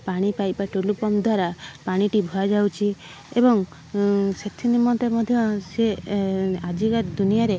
ପାଣି ପାଇପ୍ ବା ଟୁଲୁପମ୍ପ୍ ଦ୍ଵାରା ପାଣିଟି ବୁହା ଯାଉଛି ଏବଂ ସେଥି ନିମନ୍ତେ ମଧ୍ୟ ସିଏ ଆଜିକାର ଦୁନିଆରେ